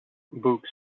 books